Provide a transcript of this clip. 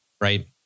right